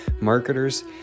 marketers